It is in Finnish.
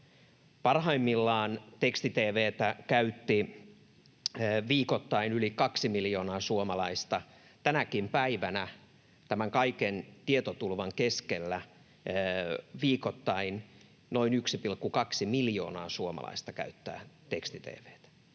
Parhaimmillaan teksti-tv:tä käytti viikoittain yli 2 miljoonaa suomalaista. Tänäkin päivänä, tämän kaiken tietotulvan keskellä, viikoittain noin 1,2 miljoonaa suomalaista käyttää teksti-tv:tä